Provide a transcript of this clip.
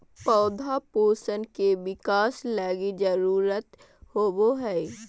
पौधा पोषण के बिकास लगी जरुरत होबो हइ